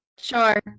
Sure